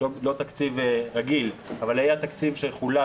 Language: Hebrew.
לא תקציב רגיל אבל היה תקציב שחולק